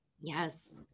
Yes